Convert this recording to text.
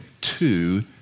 two